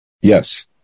Yes